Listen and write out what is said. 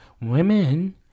Women